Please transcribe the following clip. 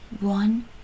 One